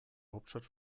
hauptstadt